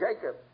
Jacob